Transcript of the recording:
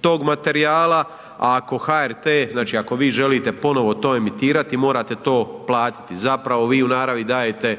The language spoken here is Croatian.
tog materijala, a ako HRT znači ako vi želite to emitirati morate to platiti. Zapravo vi u naravi dajete